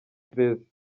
stress